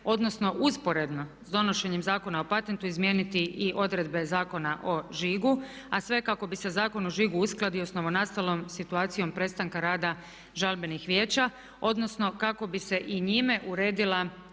odnosno usporedno s donošenjem Zakona o patentu izmijeniti i odredbe Zakona o žigu a sve kako bi se Zakon o žigu uskladio sa novonastalom situacijom prestanka rada žalbenih vijeća odnosno kako bi se i njime uredila